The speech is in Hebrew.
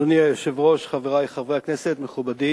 אדוני היושב-ראש, חברי חברי הכנסת, מכובדי